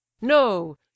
no